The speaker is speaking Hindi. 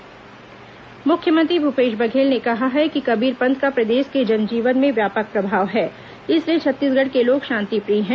मुख्यमंत्री दामाखेड़ा मुख्यमंत्री भूपेश बघेल ने कहा है कि कबीरपंथ का प्रदेश के जन जीवन में व्यापक प्रभाव है इसलिए छत्तीसगढ़ के लोग शांतिप्रिय है